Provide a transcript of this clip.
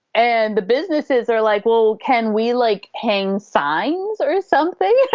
and the businesses are like, well, can we like hang signs or something?